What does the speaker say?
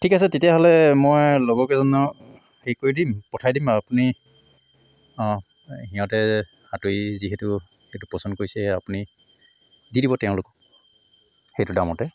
ঠিক আছে তেতিয়াহ'লে মই লগৰ কেইজনক হেৰি কৰি দিম পঠাই দিম আপুনি সিহঁতে হাতুৰী যিহেতু সেইটো পচন্দ কৰিছে আপুনি দি দিব তেওঁলোকক সেইটো দামতে